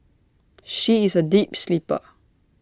she is A deep sleeper